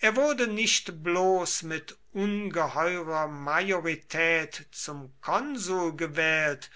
er wurde nicht bloß mit ungeheurer majorität zum konsul gewählt